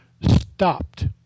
stopped